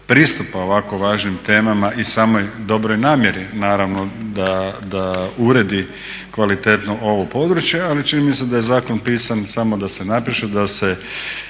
pristupa ovako važnim temama i samoj dobroj namjeri naravno da uredi kvalitetno ovo područje, ali čini mi se da je zakon pisan samo da se napiše, da se